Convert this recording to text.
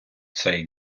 цей